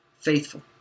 faithful